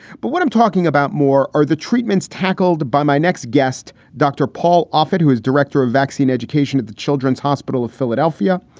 but what i'm talking about more are the treatments tackled by my next guest, dr. paul offered, who is director of vaccine education at the children's hospital of philadelphia.